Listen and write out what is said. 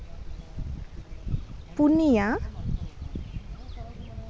ᱯᱩᱱᱤᱭᱟ